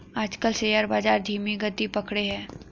आजकल शेयर बाजार धीमी गति पकड़े हैं